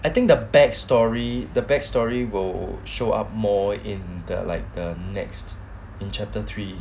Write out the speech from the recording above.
I think the back story the back story will show up more in the like the next in chapter three